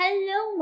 Hello